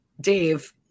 Dave